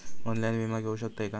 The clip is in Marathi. ऑनलाइन विमा घेऊ शकतय का?